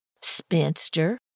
Spinster